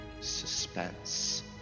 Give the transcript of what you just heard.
suspense